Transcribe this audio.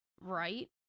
right